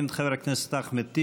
מעמד מיוחד לשפה הערבית כולל